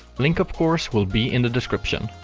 link of course will be in the description.